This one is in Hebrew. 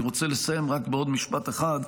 אני רוצה לסיים רק בעוד משפט אחד.